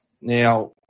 Now